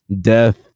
death